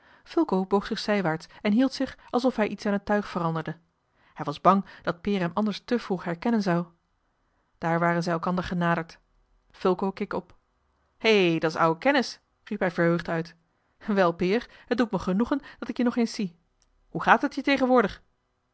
zich zijwaarts en hield zich alsof hij iets aan het tuig veranderde hij was bang dat peer hem anders te vroeg herkennen zou daar waren zij elkander genaderd fulco keek op hé dat is oude kennis riep hij verheugd uit wel peer het doet me genoegen dat ik je nog eens zie hoe gaat het je tegenwoordig